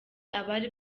abari